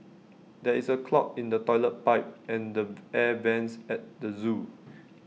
there is A clog in the Toilet Pipe and the air Vents at the Zoo